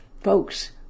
Folks